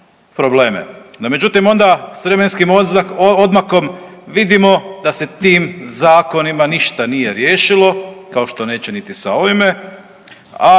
međutim onda s vremenskim odmakom vidimo da se tim zakonima ništa nije riješilo, kao što neće niti sa ovime,